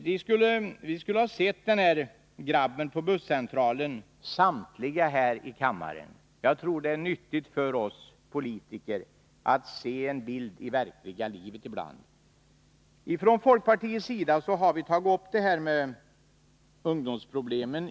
Ni borde ha sett den här grabben på busscentralen — samtliga här i kammaren. Jag tror att det är nyttigt för oss politiker att se en bild från verkliga livet ibland. Ifrån folkpartiets sida har vi i vår motion tagit upp ungdomsproblemen.